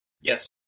Yes